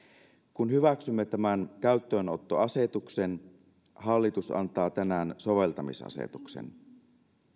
kun hyväksymme tämän käyttöönottoasetuksen hallitus antaa tänään soveltamisasetuksen